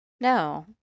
No